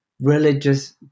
religious